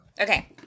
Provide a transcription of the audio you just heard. Okay